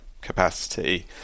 capacity